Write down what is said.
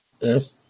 Yes